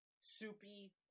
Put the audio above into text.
soupy